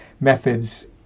methods